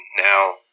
now